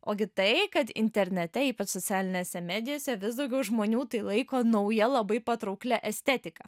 ogi tai kad internete ypač socialinėse medijose vis daugiau žmonių tai laiko nauja labai patrauklia estetika